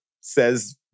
says